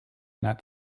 not